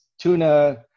tuna